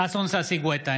ששון ששי גואטה,